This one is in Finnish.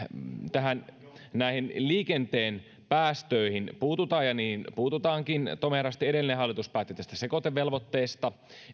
näihin liikenteen päästöihin puututaan ja niihin puututaankin tomerasti edellinen hallitus päätti tästä sekoitevelvoitteesta